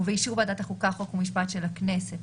ובאישור ועדת החוקה חוק ומשפט של הכנסת,